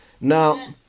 Now